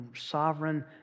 sovereign